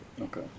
Okay